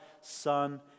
Son